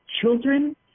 children